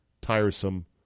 tiresome